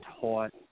taught